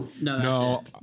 No